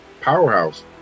powerhouse